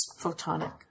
Photonic